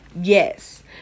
Yes